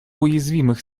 уязвимых